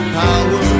power